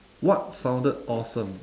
what sounded awesome